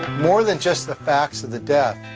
more than just the fact of the death,